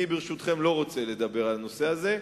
ברשותכם, אני לא רוצה לדבר על הנושא הזה.